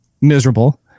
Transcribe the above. miserable